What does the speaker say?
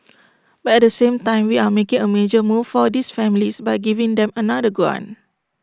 but at the same time we are making A major move for these families by giving them another grant